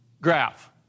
graph